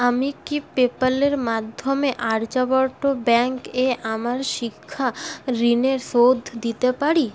আমি কি পেপ্যাল এর মাধ্যমে আর্যাবর্ত ব্যাঙ্ক এ আমার শিক্ষাঋণের শোধ দিতে পারি